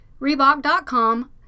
Reebok.com